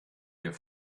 wir